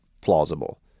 plausible